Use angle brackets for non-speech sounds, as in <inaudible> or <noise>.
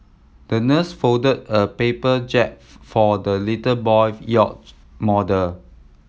the nurse folded a paper jib <unintelligible> for the little boy's yacht model